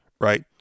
right